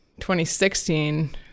2016